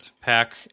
pack